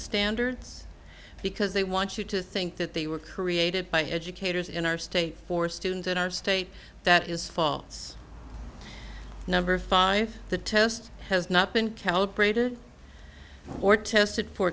standards because they want you to think that they were created by educators in our state for students at our state that is faults number five the test has not been calibrated or tested for